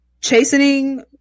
Chastening